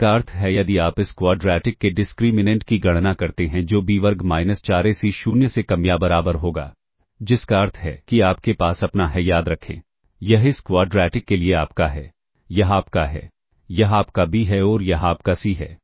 इसका अर्थ है यदि आप इस क्वाड्रैटिक के डिस्क्रीमिनेंट की गणना करते हैं जो b वर्ग माइनस 4ac 0 से कम या बराबर होगा जिसका अर्थ है कि आपके पास अपना है याद रखें यह इस क्वाड्रैटिक के लिए आपका है यह आपका a है यह आपका b है और यह आपका c है